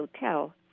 hotel